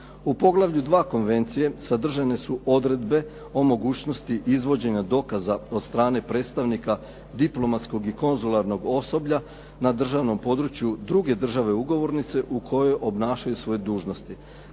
U poglavlju – 2. Konvencije, sadržane su odredbe o mogućnosti izvođenja dokaza od strane predstavnika diplomatskog i konzularnog osoblja na državnom području druge države ugovornice u kojoj obnašaju svoje dužnosti